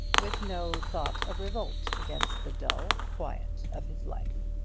with no thought of revolt against the dull quiet of his life.